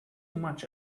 much